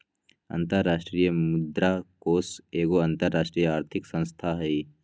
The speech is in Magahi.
अंतरराष्ट्रीय मुद्रा कोष एगो अंतरराष्ट्रीय आर्थिक संस्था हइ